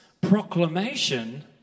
proclamation